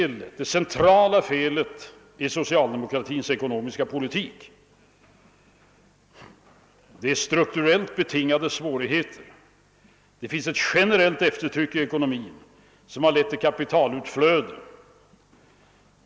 Det centrala felet i socialdemokratins ekonomiska politik är strukturellt betingade svårigheter. Det finns ett generellt tryckiekonomin som lett till kapitalutflöde.